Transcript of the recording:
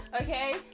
Okay